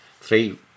three